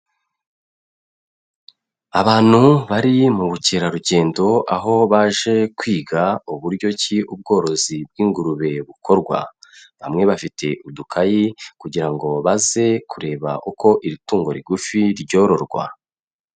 Abantu bari mu bukerarugendo, aho baje kwiga uburyo ki ubworozi bw'ingurube bukorwa, bamwe bafite udukayi kugira ngo baze kureba uko iri tungo rigufi ryororwa.